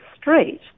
street